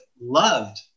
loved